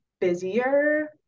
busier